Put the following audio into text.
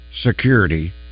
Security